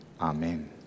Amen